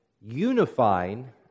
unifying